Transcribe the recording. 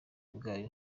bwayo